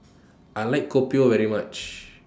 I like Kopi O very much